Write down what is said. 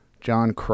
John